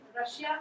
Russia